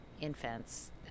infants